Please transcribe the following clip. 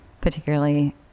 particularly